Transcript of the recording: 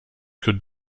could